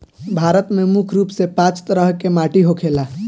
भारत में मुख्य रूप से पांच तरह के माटी होखेला